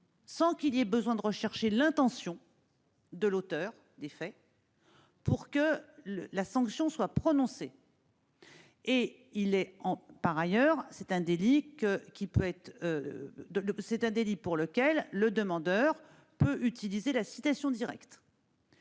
sans qu'il y ait besoin de rechercher l'intention de l'auteur des faits, pour que la sanction soit prononcée. Enfin, c'est un délit pour lequel le demandeur peut utiliser la citation directe.